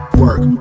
work